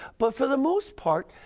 but for the most part,